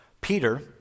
Peter